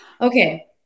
okay